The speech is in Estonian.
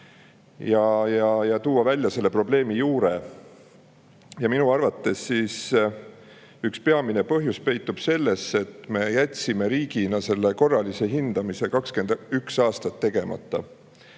ja tuua välja selle probleemi juured. Minu arvates üks peamine põhjus peitub selles, et me jätsime riigina [maa] korralise hindamise 21 aasta jooksul tegemata.